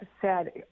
sad